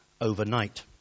overnight